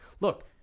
look